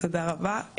תודה רבה,